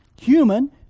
human